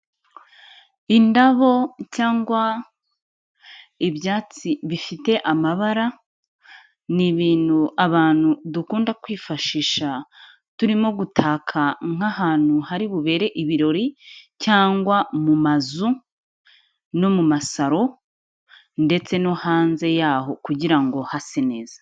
Indabo cyangwa ibyatsi bifite amabara, ni ibintu abantu dukunda kwifashisha turimo gutaka nk'ahantu hari bubere ibirori cyangwa mu mazu no mu masaro ndetse no hanze yaho kugira ngo hase neza.